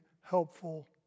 helpful